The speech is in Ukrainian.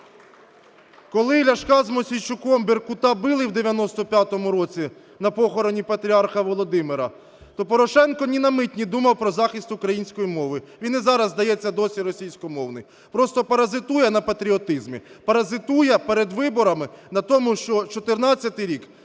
Коли Ляшка з Мосійчуком беркута били в 95-му році на похороні Патріарха Володимира, то Порошенко ні на мить не думав про захист української мови. Він і зараз, здається, досі російськомовний, просто паразитує на патріотизмі, паразитує перед виборами на тому, що 14-й рік